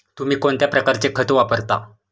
तुम्ही कोणत्या प्रकारचे खत वापरता?